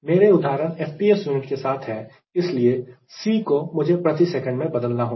मेरे उदाहरण FPS unit के साथ है इसलिए C को मुझे प्रति सेकंड में बदलना होगा